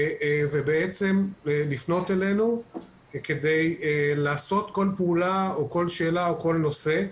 ובעצם לפנות אלינו כדי לעשות כל פעולה או כל שאלה או כל נושא.